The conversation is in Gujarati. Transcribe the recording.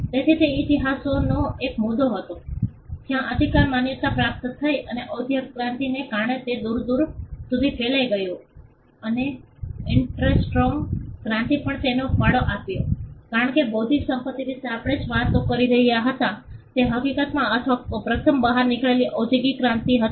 તેથી તે ઇતિહાસનો એક મુદ્દો હતો જ્યાં અધિકાર માન્યતા પ્રાપ્ત થઇ અને ઓદ્યોગિક ક્રાંતિને કારણે તે દૂર દૂર સુધી ફેલાઈ ગયું અને ઇન્ટ્રેસ્ટીન્ગ ક્રાંતિએ પણ તેમાં ફાળો આપ્યો કારણ કે બૌદ્ધિક સંપત્તિ વિશેની આપણે જે વાતો કરી રહ્યા હતા તે હકિકતમાં અથવા પ્રથમ બહાર નીકળેલી ઔદ્યોગિક ક્રાંતિ હતી